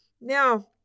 Now